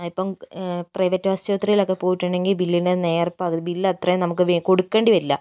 ഇപ്പോൾ പ്രൈവറ്റ് ആശുപത്രീലൊക്കെ പോയിട്ടുണ്ടെങ്കിൽ ബില്ലിന്റെ നേർപ്പകുതി ബില്ലത്രയും നമുക്ക് കൊടുക്കേണ്ടി വരില്ല